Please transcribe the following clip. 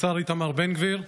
השר איתמר בן גביר.